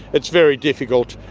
it's very difficult,